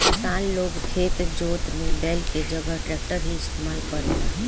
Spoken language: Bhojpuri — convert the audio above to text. किसान लोग खेत जोते में बैल के जगह ट्रैक्टर ही इस्तेमाल करेला